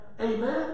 Amen